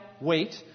wait